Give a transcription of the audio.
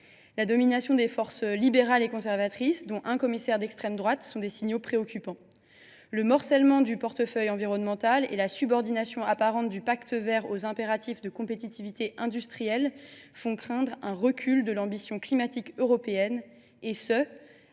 La domination des forces libérales et conservatrices, notamment la nomination d’un commissaire d’extrême droite, est un des signaux préoccupants. Le morcellement du portefeuille environnemental et la subordination apparente du Pacte vert pour l’Europe aux impératifs de compétitivité industrielle font craindre un recul de l’ambition climatique européenne, alors